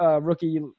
rookie